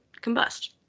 combust